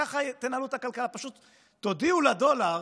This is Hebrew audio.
כך תנהלו את הכלכלה, פשוט תודיעו לדולר.